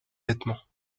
vêtements